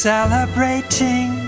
Celebrating